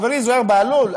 חברי זוהיר בהלול,